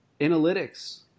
Analytics